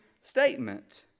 statement